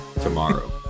tomorrow